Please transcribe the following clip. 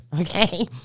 okay